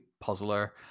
puzzler